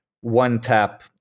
one-tap